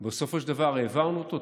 ובסופו של דבר העברנו אותו,